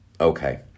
Okay